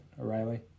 O'Reilly